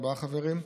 ארבעה חברים,